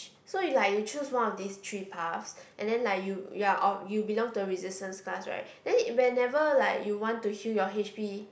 so is like you choose one of these three paths and then like you you're or you belong to the Resistance Class right then whenever like you want to heal your H P